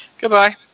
Goodbye